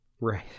right